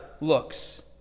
looks